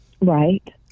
Right